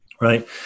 right